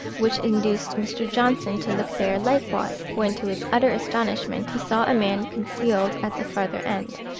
which induced mr. johnson to look there likewise, when, to his utter astonishment, he saw a man concealed at the farther end.